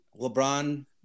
LeBron